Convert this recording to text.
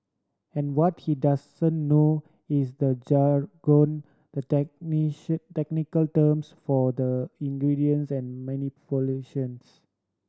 and what he doesn't know is the jargon the technical terms for the ingredients and manipulations